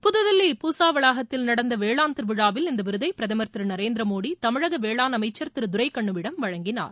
புதுதில்லி பூசா வளாகத்தில் நடந்த வேளாண் திருவிழாவில் இந்த விருதை பிரதமர் திரு நரேந்திரமோடி தமிழக வேளாண் அமைச்சர் திரு துரைக்கண்னுவிடம் வழங்கினார்